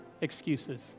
excuses